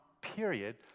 period